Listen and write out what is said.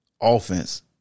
Offense